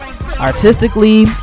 artistically